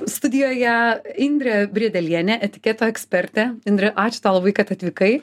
studijoje indrė briedelienė etiketo ekspertė indre ačiū tau labai kad atvykai